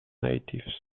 natives